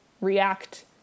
react